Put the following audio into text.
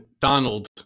Donald